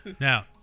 Now